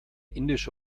indische